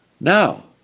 Now